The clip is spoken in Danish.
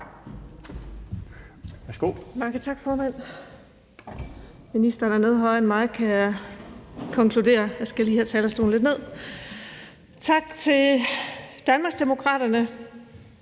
Tak til Danmarksdemokraterne